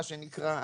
מה שנקרא,